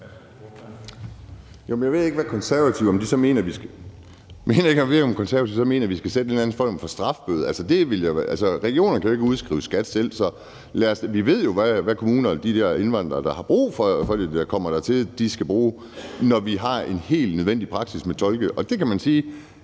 Jeg ved så ikke, om Konservative mener, at vi skal sætte en eller anden form for strafbøde. Regionerne kan jo ikke udskrive skat selv. Vi ved jo i forhold til kommunerne og de indvandrere, der har brug for det, når det kommer dertil, hvad de skal bruge, når vi har en helt nødvendig praksis med tolke.